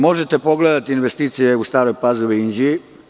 Možete pogledati investicije u Staroj Pazovi i Inđiji.